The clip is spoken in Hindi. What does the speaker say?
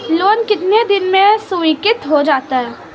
लोंन कितने दिन में स्वीकृत हो जाता है?